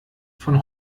von